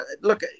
look